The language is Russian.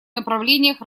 направлениях